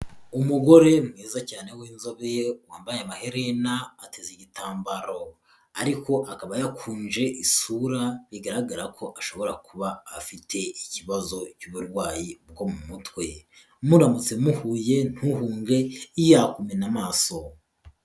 Umugore mwiza cyane w'inzobe wambaye amaherena ateze igitambaro, ariko akaba yakunje isura bigaragara ko ashobora kuba afite ikibazo cy'uburwayi bwo mu mutwe, muramutse muhuye ntuhunge yakumena amaso.